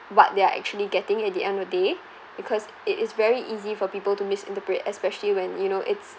what they're actually getting at the end of the day because it is very easy for people to misinterpret especially when you know it's